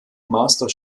master